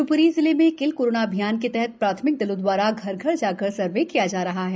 शिवपुरी जिले kill corona अभियान के तहत प्राथमिक दलों द्वारा घर घर सर्वे किया जा रहा है